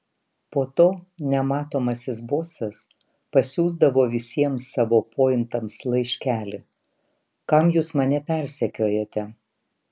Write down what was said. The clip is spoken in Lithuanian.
po to nematomasis bosas pasiųsdavo visiems savo pointams laiškelį kam jūs mane persekiojate